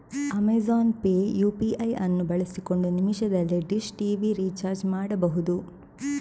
Amazon pay UPI ಅನ್ನು ಬಳಸಿಕೊಂಡು ನಿಮಿಷದಲ್ಲಿ ಡಿಶ್ ಟಿವಿ ರಿಚಾರ್ಜ್ ಮಾಡ್ಬಹುದು